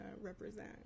represent